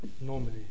normally